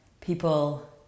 people